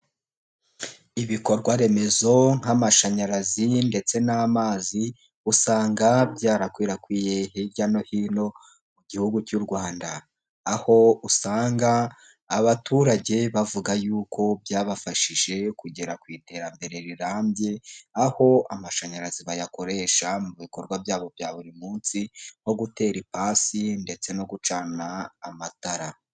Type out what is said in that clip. Ibikorwaremezo nk'amashanyarazi ndetse n'amazi usanga byarakwirakwiye hirya no hino mu gihugu cy'u Rwanda. Aho usanga abaturage bavuga yuko byabafashije kugera ku iterambere rirambye. Aho amashanyarazi bayakoresha mu bikorwa byabo bya buri munsi nko gutera ipasi ndetse no gucana amatara.